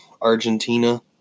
Argentina